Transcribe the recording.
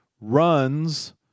runs